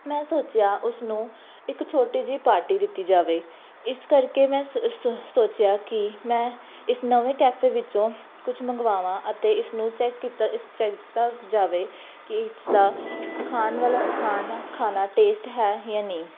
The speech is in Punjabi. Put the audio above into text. ਮੈਂ ਸੋਚਿਆ ਉਸ ਨੂੰ ਇੱਕ ਛੋਟੀ ਜਿਹੀ ਪਾਰਟੀ ਦਿੱਤੀ ਜਾਵੇ ਇਸ ਕਰਕੇ ਮੈਂ ਸੋਚਿਆ ਕਿ ਮੈਂ ਇਸ ਨਵੇਂ ਕੈਫੇ ਵਿੱਚੋਂ ਕੁਛ ਮੰਗਵਾਵਾਂ ਅਤੇ ਇਸ ਨੂੰ ਚੈੱਕ ਕੀਤਾ ਇਸ ਚੈ ਤਾ ਜਾਵੇ ਕਿ ਇਸ ਦਾ ਖਾਣ ਵਾਲਾ ਅ ਖਾਣਾ ਖਾਣਾ ਟੇਸਟ ਹੈ ਜਾਂ ਨਹੀਂ